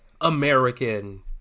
American